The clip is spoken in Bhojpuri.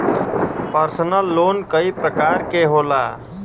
परसनल लोन कई परकार के होला